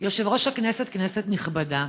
יושב-ראש הכנסת, כנסת נכבדה,